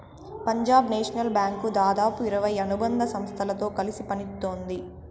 Punjab national bank దాదాపు ఇరవై అనుబంధ సంస్థలతో కలిసి పనిత్తోంది